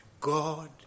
God